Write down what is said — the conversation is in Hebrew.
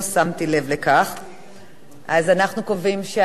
אנחנו קובעים שהנושא יעבור לוועדת העבודה,